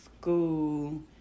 school